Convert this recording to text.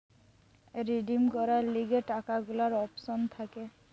redeem করার লিগে টাকা গুলার অপশন থাকে